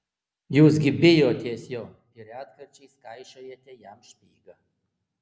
jūs gi bijotės jo ir retkarčiais kaišiojate jam špygą